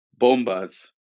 bombas